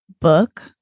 book